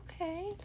okay